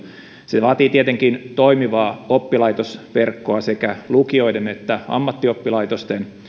se vaatii tietenkin toimivaa oppilaitosverkkoa sekä lukioiden että ammattioppilaitosten